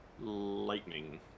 Lightning